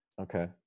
Okay